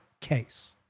case